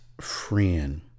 friend